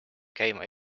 käima